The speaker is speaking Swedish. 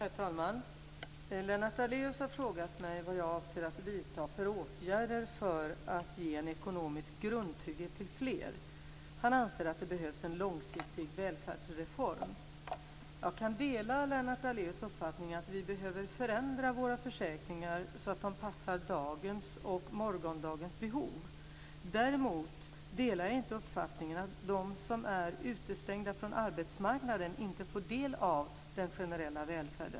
Herr talman! Lennart Daléus har frågat mig vad jag avser att vidta för åtgärder för att ge en ekonomisk grundtrygghet till fler. Han anser att det behövs en långsiktig välfärdsreform. Jag kan dela Lennart Daléus uppfattning att vi behöver förändra våra försäkringar, så att de passar dagens och morgondagens behov. Däremot delar jag inte uppfattningen att de som är utestängda från arbetsmarknaden inte får del av den generella välfärden.